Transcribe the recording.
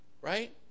right